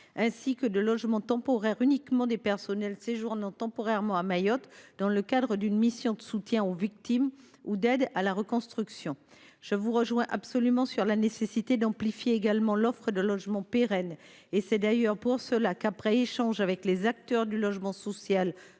ainsi que de logement temporaire uniquement pour les personnels séjournant momentanément à Mayotte dans le cadre d’une mission de soutien aux victimes ou d’aide à la reconstruction. Je vous rejoins absolument sur la nécessité de renforcer l’offre de logements pérennes. C’est d’ailleurs pourquoi, après avoir échangé avec les acteurs du logement social